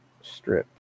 Strip